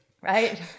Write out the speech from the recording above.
right